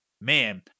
man